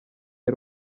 ari